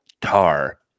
tar